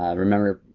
ah remember,